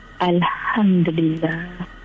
Alhamdulillah